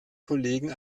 kollegen